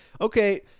okay